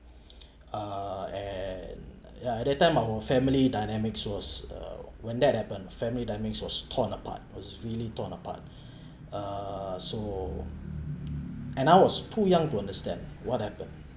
uh and yeah at that time our family dynamics was uh when that happened family dynamics was torn apart was really torn apart uh so and I was too young to understand what happened